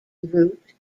route